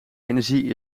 energie